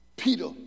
Peter